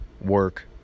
work